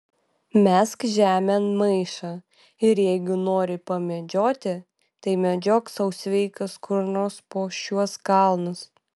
mesk žemėn maišą ir jeigu nori pamedžioti tai medžiok sau sveikas kur nors po šiuos kalnus